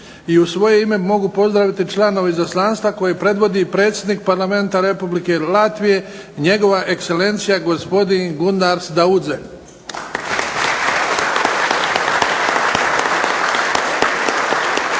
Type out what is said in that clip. i u svoje ime mogu pozdraviti članove izaslanstva koje predvodi Predsjednik Parlamenta Republike Latvije njegova ekscelencija gospodin Gundars Daudze.